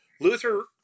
Luther